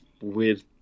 weird